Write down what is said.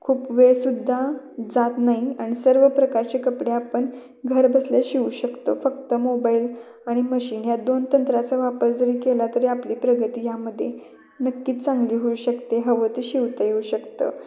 खूप वेळसुद्धा जात नाही आणि सर्व प्रकारचे कपडे आपण घरबसल्या शिवू शकतो फक्त मोबाईल आणि मशीन ह्या दोन तंत्राचा वापर जरी केला तरी आपली प्रगती यामध्ये नक्कीच चांगली होऊ शकते हवं ते शिवता येऊ शकतं